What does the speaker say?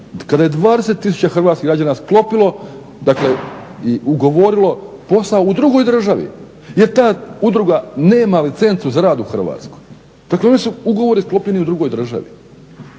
kada je 20 tisuća hrvatskih građana sklopilo, dakle i ugovorilo posao u drugoj državi jer ta udruga nema licencu za rad u Hrvatskoj. Dakle, oni su ugovore sklopili u drugoj državi.